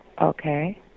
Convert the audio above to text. Okay